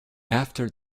after